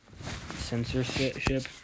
censorship